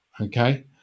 okay